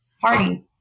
party